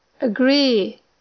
agree